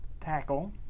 tackle